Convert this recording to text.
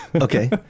Okay